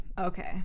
Okay